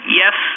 yes